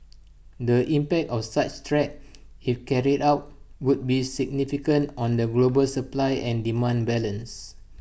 the impact of such threat if carried out would be significant on the global supply and demand balance